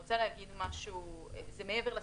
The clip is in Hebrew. זה מעבר לסמנטיקה.